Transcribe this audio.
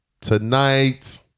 Tonight